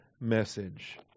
message